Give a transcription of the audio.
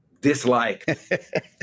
dislike